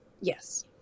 Yes